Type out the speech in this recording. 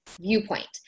viewpoint